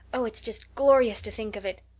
oh, it's just glorious to think of it.